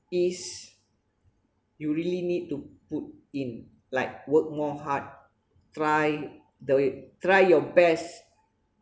is you really need to put in like work more hard try the try your best